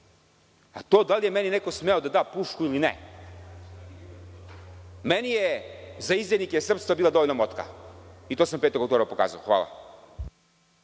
da li je meni neko smeo da da pušku ili ne, meni je za izdajnike srpstva bila dovoljna motka i to sam 5. oktobra pokazao. Hvala.